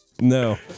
No